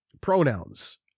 pronouns